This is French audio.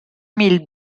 mille